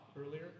earlier